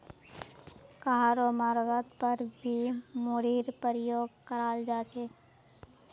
कहारो मर्गत पर भी मूरीर प्रयोग कराल जा छे